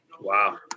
Wow